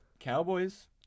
Cowboys